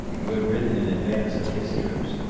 who had ridden in advance of his troops,